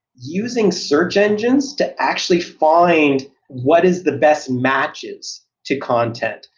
using search engines to actually find what is the best matches to content.